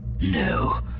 No